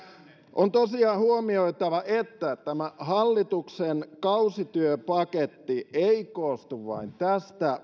on tosiaan huomioitava että tämä hallituksen kausityöpaketti ei koostu vain tästä